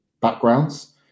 backgrounds